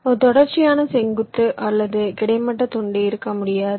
ஒரு தொடர்ச்சியான செங்குத்து அல்லது ஒரு கிடைமட்ட துண்டு இருக்க முடியாது